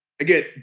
Again